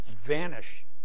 vanish